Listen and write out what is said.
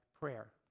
prayer